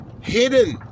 hidden